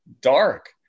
dark